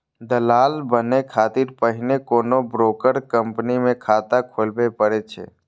दलाल बनै खातिर पहिने कोनो ब्रोकर कंपनी मे खाता खोलबय पड़ै छै